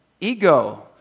ego